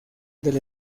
del